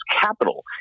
capital